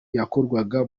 yakorwaga